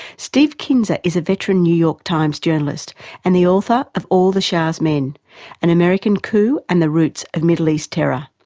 steven kinzer is a veteran new york times journalist and the author of all the shah's men an american coup and the roots of middle east terror.